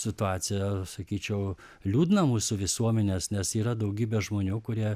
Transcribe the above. situaciją sakyčiau liūdną mūsų visuomenės nes yra daugybė žmonių kurie